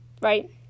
Right